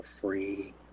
free